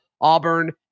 Auburn